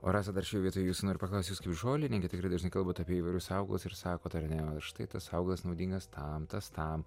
o rasa dar šioje vietoj jūsų noriu paklausti jūs kaip žolininkė tikrai dažnai kalbat apie įvairius augalus ir sakot ar ne štai tas augalas naudingas tam tas tam